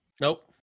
Nope